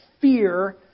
fear